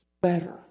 better